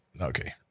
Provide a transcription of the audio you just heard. okay